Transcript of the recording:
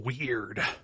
weird